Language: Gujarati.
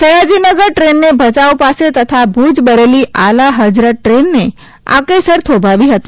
સયાજીનગર ટ્રેનને ભયાઉ પાસે તથા ભૂજ બરેલી આલા ફજરત ટ્રેનને આકેસર થોભાવી હતી